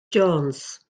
jones